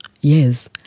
yes